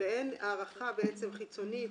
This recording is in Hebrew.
ואין הערכה חיצונית